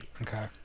okay